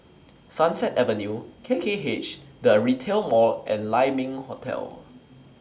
Sunset Avenue K K H The Retail Mall and Lai Ming Hotel